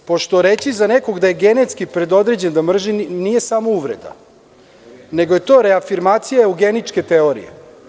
Pošto reći za nekog da je genetski predodređen da mrzi, nije samo uvreda, nego je to reafirmacija eugeničke teorije.